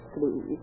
Please